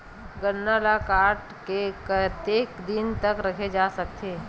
गन्ना ल काट के कतेक दिन तक रखे जा सकथे?